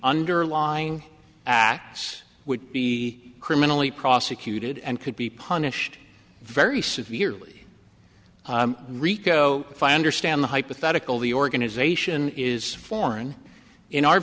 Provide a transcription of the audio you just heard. underlying acts would be criminally prosecuted and could be punished very severely rico if i understand the hypothetical the organisation is foreign in our